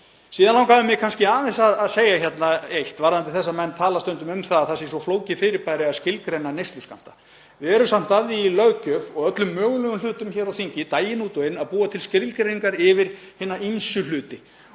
Síðan langaði mig aðeins að segja eitt varðandi það að menn tala stundum um að það sé svo flókið fyrirbæri að skilgreina neysluskammta. Við erum samt að því í löggjöf og öllum mögulegum hlutum hér á þingi, daginn út og inn, að búa til skilgreiningar yfir hina ýmsu hluti,